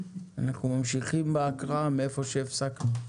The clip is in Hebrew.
אנחנו ממשיכים בהקראה מהיכן שהפסקנו.